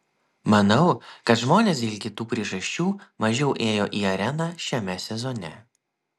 manau kad žmonės dėl kitų priežasčių mažiau ėjo į areną šiame sezone